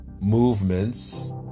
movements